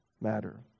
matter